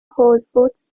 هولفودز